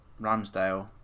Ramsdale